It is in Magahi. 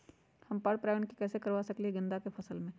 हम पर पारगन कैसे करवा सकली ह गेंदा के फसल में?